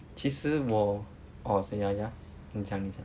其实我 orh so ya ya 你讲你讲